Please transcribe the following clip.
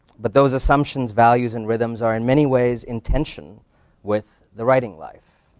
but those assumptions, values, and rhythms are in many ways in tension with the writing life.